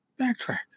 backtrack